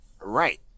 right